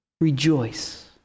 Rejoice